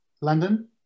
London